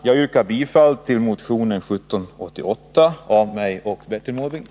Jag yrkar bifall till motionen 1788 av mig och Bertil Måbrink.